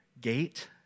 gate